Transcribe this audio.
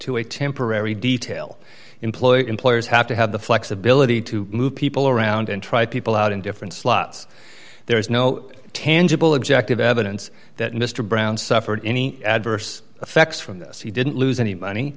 to a temporary detail employer employers have to have the flexibility to move people around and try people out in different slots there is no tangible objective evidence that mr brown suffered any adverse effects from this he didn't lose any money